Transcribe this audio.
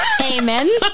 amen